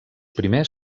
primers